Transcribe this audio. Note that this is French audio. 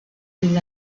ces